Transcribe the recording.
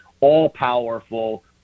all-powerful